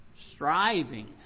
Striving